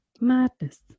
madness